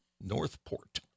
Northport